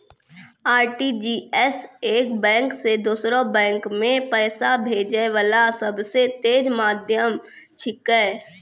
RTGS एक bank से दोसरो बैंक मे पैसा भेजै वाला सबसे तेज माध्यम छिकै